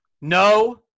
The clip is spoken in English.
No